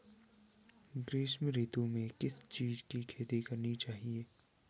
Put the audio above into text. ग्रीष्म ऋतु में किस चीज़ की खेती करनी चाहिये?